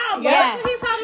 Yes